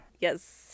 Yes